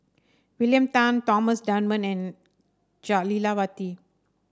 William Tan Thomas Dunman and Jah Lelawati